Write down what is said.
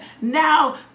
now